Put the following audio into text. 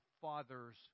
father's